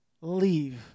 leave